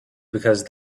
because